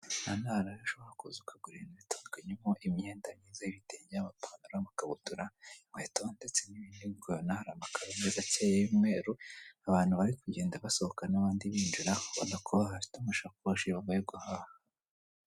Umugore wambaye ikanzu y'amabara impande ye umusore uhetse igikapu cy'umutuku imbere yabo hari umugabo wambaye imyenda y'icyatsi kibisi, ushinzwe umutekano inyuma yabo inyubako ndende ikorerwamo ubucuruzi.